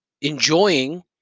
enjoying